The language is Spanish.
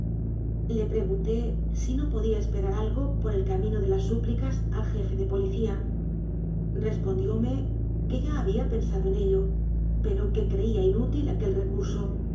le pregunté si no podía esperar algo por el camino de las súplicas al jefe de policía respondióme que ya había pensado en ello pero que creía inútil aquel recurso